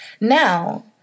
Now